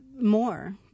more